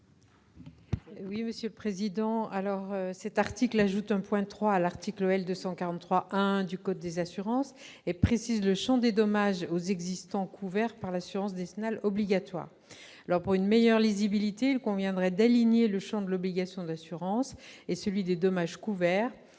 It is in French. n° 418 rectifié. L'article 19 A ajoute un point III à l'article L. 243-1-1 du code des assurances et précise le champ des dommages aux existants couverts par l'assurance décennale obligatoire. Pour une meilleure lisibilité, il conviendrait d'aligner le champ de l'obligation d'assurance et celui des dommages couverts,